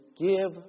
give